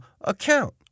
account